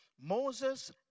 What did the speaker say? Moses